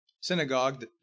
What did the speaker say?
synagogue